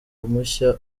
mushya